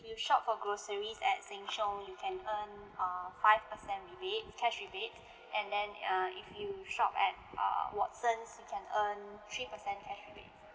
you shop for groceries at Sheng Siong you can earn uh five percent rebate cash rebate and then uh if you shop at uh Watsons you can earn three percent cash rebate